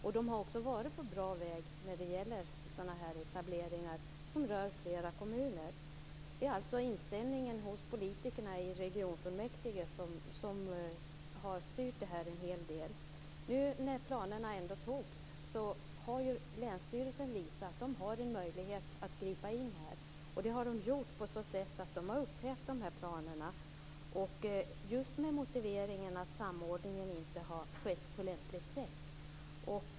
Man har också varit bra på väg när det gällt sådana här etableringar som rör flera kommuner. Det är alltså inställningen hos politikerna i regionfullmäktige som har styrt det här en hel del. Nu när planerna ändå antogs visade ju länsstyrelsen att man har möjlighet att gripa in. Det gjorde man på så sätt att man upphävde de här planerna, just med motiveringen att samordningen inte hade skett på lämpligt sätt.